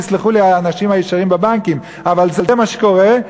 ויסלחו לי האנשים הישרים בבנקים, אבל זה מה שקורה,